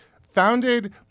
founded